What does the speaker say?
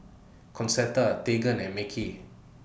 Concetta Tegan and Mekhi